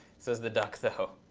says theduckthough.